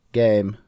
game